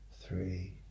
three